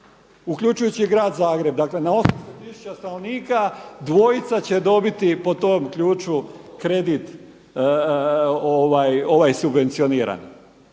uključujući i grad Zagreb. Dakle, na 800 tisuća stanovnika dvojica će dobiti po tom ključu kredit ovaj subvencionirani.